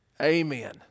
amen